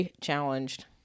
challenged